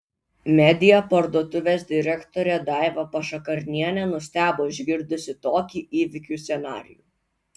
media parduotuvės direktorė daiva pašakarnienė nustebo išgirdusi tokį įvykių scenarijų